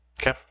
Okay